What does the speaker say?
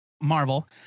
Marvel